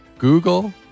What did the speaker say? Google